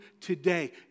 today